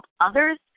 others